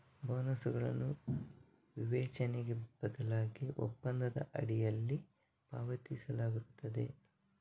ಬೋನಸುಗಳನ್ನು ವಿವೇಚನೆಗೆ ಬದಲಾಗಿ ಒಪ್ಪಂದದ ಅಡಿಯಲ್ಲಿ ಪಾವತಿಸಲಾಗುತ್ತದೆ